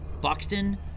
Buxton